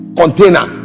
container